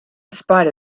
spite